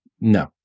No